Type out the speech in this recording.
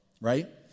right